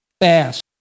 fast